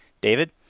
David